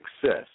success